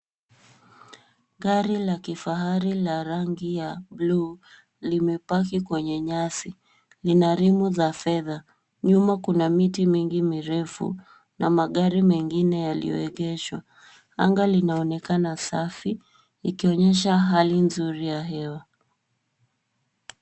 Gari la kifahari la rangi ya bluu limepaki kwenye nyasi. Lina rimu za fedha. Nyuma kuna miti mingi mirefu na magari mengine yaliyoegeshwa. Anga linaonekana safi, ikionyesha hali nzuri ya hewa.